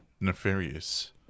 nefarious